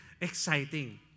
exciting